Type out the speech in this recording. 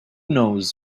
knows